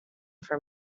for